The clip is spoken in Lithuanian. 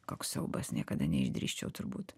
koks siaubas niekada neišdrįsčiau turbūt